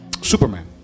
superman